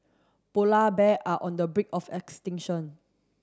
polar bear are on the brink of extinction